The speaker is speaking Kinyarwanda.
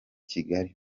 kigali